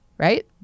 Right